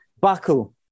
Baku